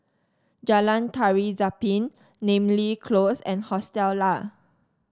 Jalan Tari Zapin Namly Close and Hostel Lah